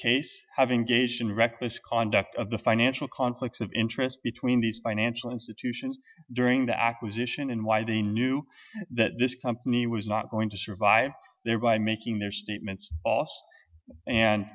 case have engaged in reckless conduct of the financial conflicts of interest between these financial institutions during the acquisition and why they knew that this company was not going to survive thereby making their statements a